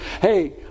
Hey